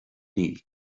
níl